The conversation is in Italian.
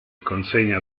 consegna